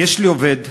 יש לי עובד,